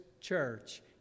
church